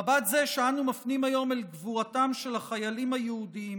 מבט זה שאנו מפנים היום לגבורתם של החיילים היהודים